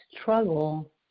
struggle